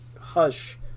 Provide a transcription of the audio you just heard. Hush